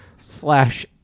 slash